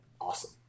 awesome